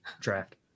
draft